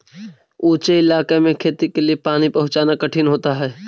ऊँचे इलाके में खेती के लिए पानी पहुँचाना कठिन होता है